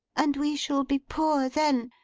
and we shall be poor then,